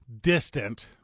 distant